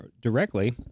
directly